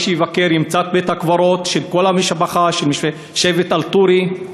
מי שיבקר ימצא את בית-הקברות של כל המשפחה של שבט אל-טורי.